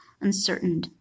uncertain